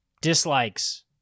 Dislikes